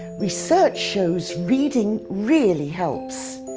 research shows reading really helps.